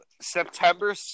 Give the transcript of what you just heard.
September